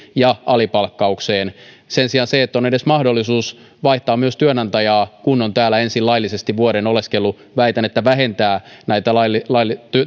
ja alipalkkaukseen väitän että sen sijaan se että on edes mahdollisuus vaihtaa myös työnantajaa kun on täällä ensin laillisesti vuoden oleskellut vähentää näitä